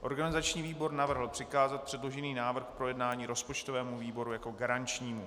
Organizační výbor navrhl přikázat předložený návrh k projednání rozpočtovému výboru jako garančnímu.